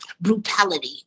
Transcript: brutality